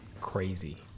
Crazy